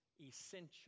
essential